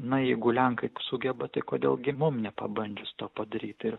na jeigu lenkai sugeba tai kodėl gi mum nepabandžius to padaryt ir